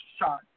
shot